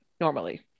normally